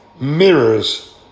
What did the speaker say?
mirrors